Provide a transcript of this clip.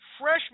fresh